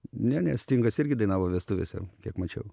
ne ne stingas irgi dainavo vestuvėse kiek mačiau